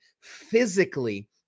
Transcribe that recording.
physically